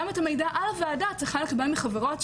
גם את המידע על הוועדה, צריך לקבל מחברות,